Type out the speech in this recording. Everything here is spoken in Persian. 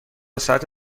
ساعت